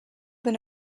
been